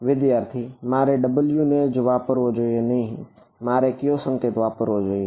વિદ્યાર્થી મારે w ને વાપરવો જોઈએ નહિ મારે કયો સંકેત વાપરવો જોઈએ